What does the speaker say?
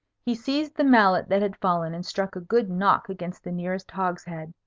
he seized the mallet that had fallen, and struck a good knock against the nearest hogshead.